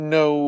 no